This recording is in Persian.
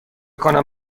کنم